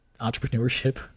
entrepreneurship